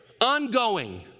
ongoing